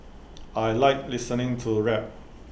I Like listening to rap